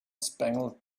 spangled